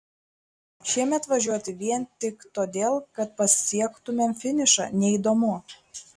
šiemet važiuoti vien tik todėl kad pasiektumėm finišą neįdomu